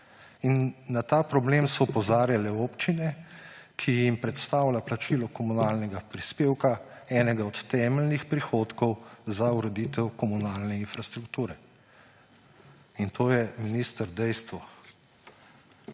na ta problem so opozarjale občine, ki jim predstavlja plačilo komunalnega prispevka enega od temeljnih prihodkov za ureditev komunalne infrastrukture. In to je, minister, dejstvo.